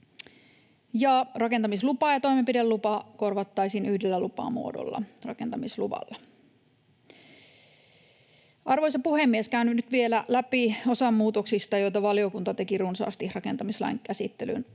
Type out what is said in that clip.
Rakentamislupa ja toimenpidelupa korvattaisiin yhdellä lupamuodolla, rakentamisluvalla. Arvoisa puhemies! Käyn nyt vielä läpi osan muutoksista, joita valiokunta teki runsaasti rakentamislain käsittelyn